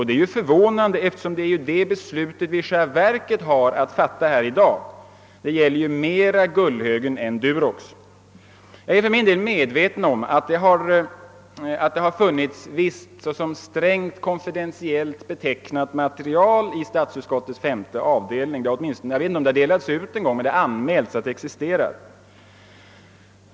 Detta är förvånande eftersom de beslut vi har att fatta i dag mera gäller Gullhögen än Durox. Jag är för min del medveten om att det funnits visst såsom strängt konfidentiellt betecknat material i statsutskottets femte avdelning. Jag vet inte om detta delats ut, men det har anmälts att materialet existerar.